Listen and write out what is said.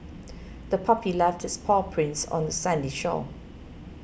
the puppy left its paw prints on the sandy shore